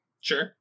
sure